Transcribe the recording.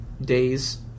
days